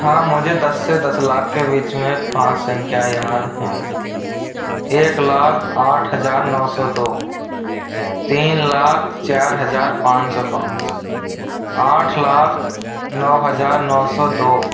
हाँ मुझे दस से दस लाख के बीच में पाँच संख्या याद हैं एक लाख आठ हजार नौ सौ दो तीन लाख चार हजार पान सौ पाँच आठ लाख नौ हजार नौ सौ दो